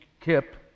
Kip